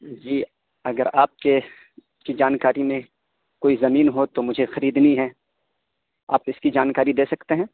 جی اگر آپ کے جانکاری میں کوئی زمین ہو تو مجھے خریدنی ہے آپ اس کی جانکاری دے سکتے ہیں